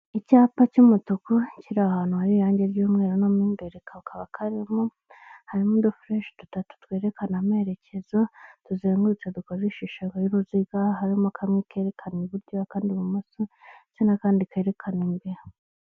Icyapa cy'umutuku, kiri ahantu hari irangi ry'umweru no mo imbere kakaba karimo, harimo udufuriehi dutatu twerekana amerekezo, tuzengurutse dukoze ishusho y'uruziga, harimo kamwe kerekana iburyo, akandi ibumoso, ndetse n'akandi karekana imbere.